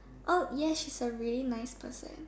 oh yes she's a really nice person